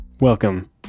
Welcome